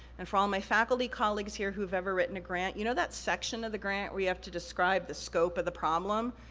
and for all my faculty colleagues here who've ever written a grant, you know that section of the grant where you have to describe the scope of the problem?